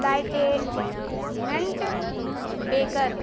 لائٹے ننٹ بیکر